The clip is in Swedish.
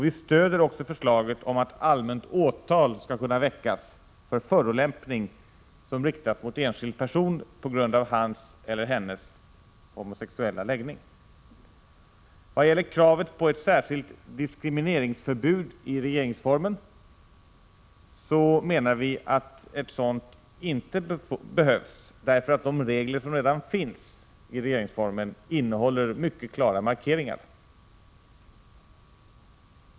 Vi stöder också förslaget om att allmänt åtal skall kunna väckas för förolämpning, som riktas mot enskild person på grund av hans eller hennes homosexuella läggning. Vad gäller kravet på ett särskilt diskrimineringsförbud i regeringsformen menar vi att ett sådant inte behövs, därför att de regler som redan finns i regeringsformen innehåller mycket klara markeringar.